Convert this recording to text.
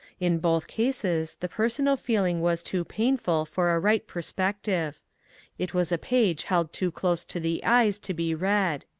in both cases the personal feeling was too painful for a right perspective it was a page held too close to the eyes to be read.